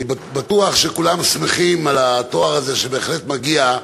אני בטוח שכולם שמחים על התואר הזה, שבהחלט מגיע,